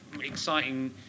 exciting